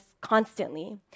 constantly